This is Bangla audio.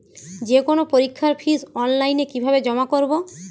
যে কোনো পরীক্ষার ফিস অনলাইনে কিভাবে জমা করব?